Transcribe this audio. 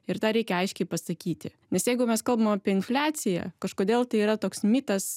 ir tą reikia aiškiai pasakyti nes jeigu mes kalbam apie infliaciją kažkodėl tai yra toks mitas